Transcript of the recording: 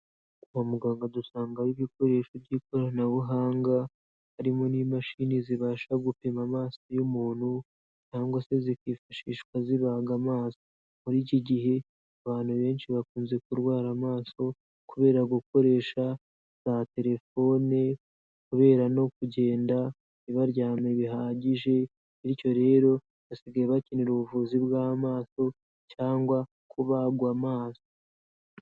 Kwa muganga dusangayo ibikoresho by'ikoranabuhanga, harimo n'imashini zibasha gupima amaso y'umuntu cyangwa se zikifashishwa zibaga amaso, muri iki gihe abantu benshi bakunze kurwara amaso kubera gukoresha za telefone, kubera no kugenda ntibaryame bihagije bityo rero basigaye bakenera ubuvuzi bw'amaso cyangwa kubagwa amazi.